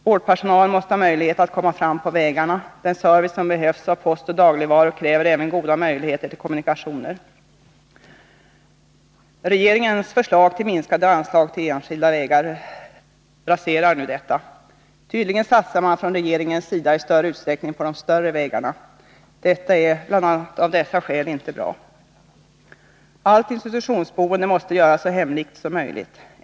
Vårdpersonalen måste ha möjlighet att komma fram på vägarna, den service som behövs i fråga om post och dagligvaror kräver goda möjligheter till kommunikationer. Regeringens förslag till minskade anslag till enskilda vägar raserar nu detta. Tydligen satsar regeringen i större utsträckning på de stora vägarna. Det är bl.a. av de nämnda skälen inte bra. Allt institutionsboende måste göras så hemlikt som möjligt.